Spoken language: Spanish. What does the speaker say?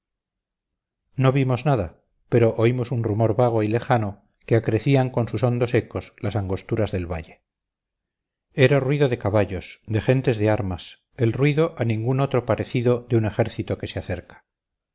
no vimos nada pero oímos un rumor vago y lejano que acrecían con sus hondos ecos las angosturas del valle era ruido de caballos de gentes de armas el ruido a ningún otro parecido de un ejército que se acerca